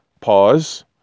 Pause